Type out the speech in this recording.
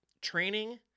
training